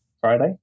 Friday